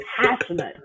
passionate